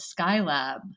Skylab